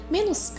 Menos